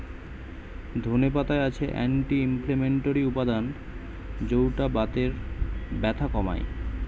ধনে পাতায় আছে অ্যান্টি ইনফ্লেমেটরি উপাদান যৌটা বাতের ব্যথা কমায়